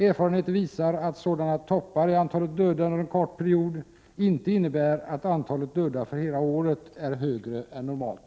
Erfarenheter visar att sådana toppar i antalet döda under en kort period inte innebär att antalet döda för hela året är högre än normalt.